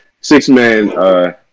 six-man